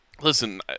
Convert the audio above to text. Listen